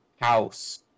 house